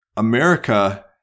America